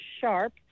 sharp